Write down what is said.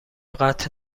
قطع